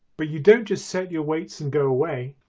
but you don't just set your weights and go away,